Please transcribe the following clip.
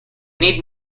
need